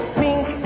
pink